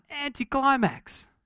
anticlimax